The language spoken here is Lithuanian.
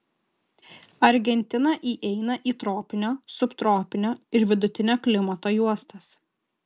argentina įeina į tropinio subtropinio ir vidutinio klimato juostas